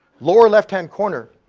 lower left-hand corner.